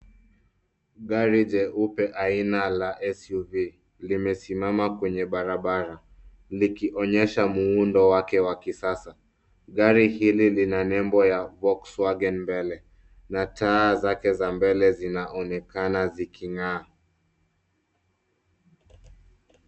Gari jeupe aina ya suv limesimama kwenye barabara likionyesha muundo wake wa kisasa. Gari hili lina nembo ya vox wagen mbele na taa zake za mbele zinaonekana ziking'aa.